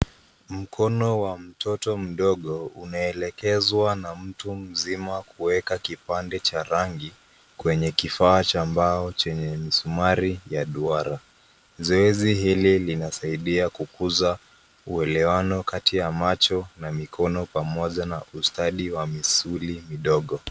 Mkono wa mtoto mdogo umeelekezwa na mtu mzima kuweka kipande cha rangi kwenye kifaa cha mbao chenye msumari ya duara. Zoezi hili linasaidia kukuza uelewano kati ya macho na mikono pamoja na ustadi wa misuli midogo.